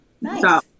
Nice